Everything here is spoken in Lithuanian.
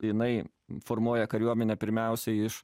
jinai formuoja kariuomenę pirmiausia iš